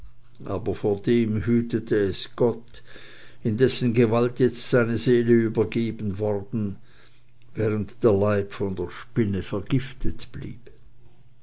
aber vor dem hütete es gott in dessen gewalt jetzt seine seele übergeben worden während der leib von der spinne vergiftet blieb